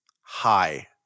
hi